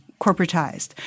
corporatized